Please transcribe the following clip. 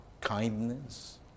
kindness